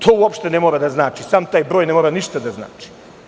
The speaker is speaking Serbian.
To uopšte ne mora da znači, sam taj broj ne mora ništa da znači.